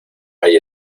hay